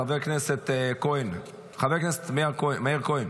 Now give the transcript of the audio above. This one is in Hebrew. חבר הכנסת כהן, חבר הכנסת מאיר כהן.